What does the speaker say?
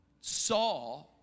saw